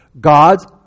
God's